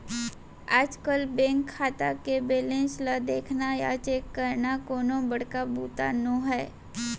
आजकल बेंक खाता के बेलेंस ल देखना या चेक करना कोनो बड़का बूता नो हैय